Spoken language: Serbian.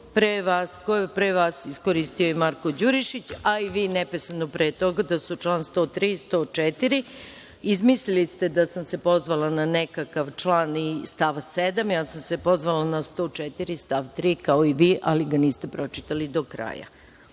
koje su pre vas iskoristio Marko Đurišić, a i vi neposredno pre toga. To su član 103. i 104. izmislili ste da sam se pozvala na nekakav član i stav 7, ja sam se pozvala na 104. stav 3, kao i vi, ali ga niste pročitali do kraja. Neću